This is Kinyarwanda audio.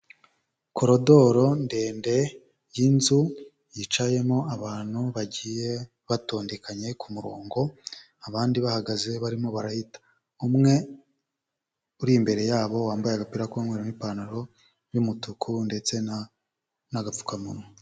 Korodoro ndende y'inzu yicayemo abantu bagiye batondekanya ku murongo, abandi bahagaze barimo barahita, umwe uri imbere yabo wambaye agapira k'umweru n'ipantaro y'umutuku ndetse n'agapfukamunwa.